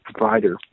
provider